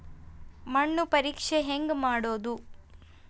ಮಣ್ಣು ಪರೇಕ್ಷೆ ಹೆಂಗ್ ಮಾಡೋದು?